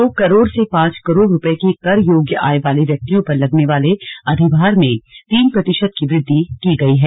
दो करोड़ से पांच करोड़ रूपये की कर योग्य आय वाले व्यक्तियों पर लगने वाले अधिभार में तीन प्रतिशत की वृद्धि की गई है